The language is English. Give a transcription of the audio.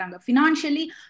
Financially